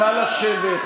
נא לשבת.